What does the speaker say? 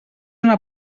una